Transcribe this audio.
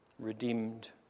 redeemed